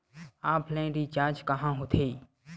Offline recharge कहां होथे?